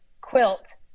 quilt